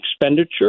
expenditure